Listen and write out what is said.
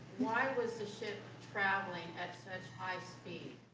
why was the ship traveling at such high speed?